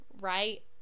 right